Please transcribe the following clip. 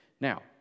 Now